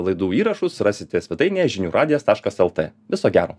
laidų įrašus rasite svetainėje žinių radijas taškas lt viso gero